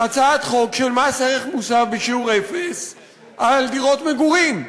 הצעת חוק של מס ערך מוסף בשיעור אפס על דירות מגורים.